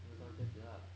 没有穿鞋子 lah